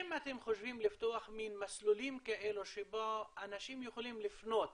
האם אתם חושבים לפתוח מין מסלולים כאלה שבהם אנשים יכולים לפנות